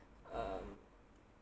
um